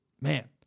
man